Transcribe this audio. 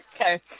Okay